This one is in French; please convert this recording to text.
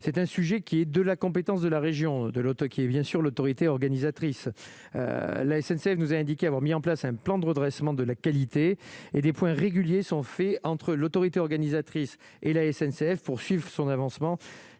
c'est un sujet qui est de la compétence de la région de l'auto qui est bien sûr l'autorité organisatrice, la SNCF nous a indiqué avoir mis en place un plan de redressement de la qualité et des points réguliers sont faits entre l'autorité organisatrice et la SNCF poursuive son avancement,